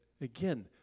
Again